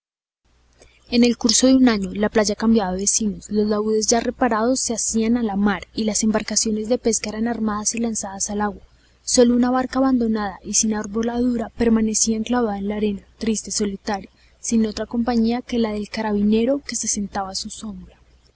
en el curso de un año la playa cambiaba de vecinos los laúdes ya reparados se hacían a la mar y las embarcaciones de pesca eran armadas y lanzadas al agua sólo una barca abandonada y sin arboladura permanecía enclavada en la arena triste solitaria sin otra compañía que la del carabinero que se sentaba a su sombra